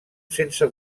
sense